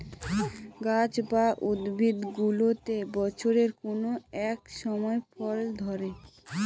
গাছ বা উদ্ভিদগুলোতে বছরের কোনো এক সময় ফল ধরে